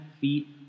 feet